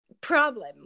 problem